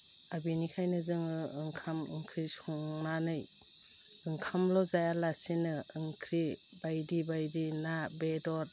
दा बिनिखायनो जोङो ओंखाम ओंख्रि संनानै ओंखामल' जायालासेनो ओंख्रि बायदि बायदि ना बेदर